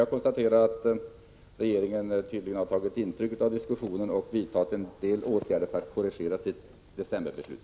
Jag konstaterar att regeringen tydligen har tagit intryck av diskussionen och vidtagit en del åtgärder för att korrigera sitt decemberbeslut.